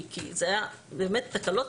כי אלה היו תקלות